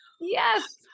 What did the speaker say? yes